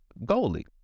Goalie